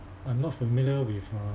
I'm not familiar with uh